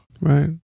right